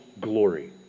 glory